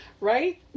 Right